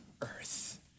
earth